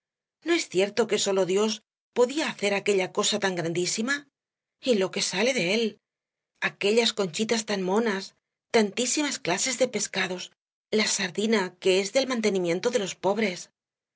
no es cierto que sólo dios podía hacer aquella cosa tan grandísima y lo que sale de él aquellas conchitas tan monas tantísimas clases de pescados la sardina que es el mantenimiento de los pobres